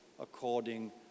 according